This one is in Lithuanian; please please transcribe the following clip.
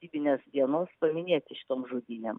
valstybinės dienos paminėti šitom žudynėm